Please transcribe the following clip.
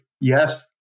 yes